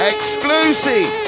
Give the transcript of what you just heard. Exclusive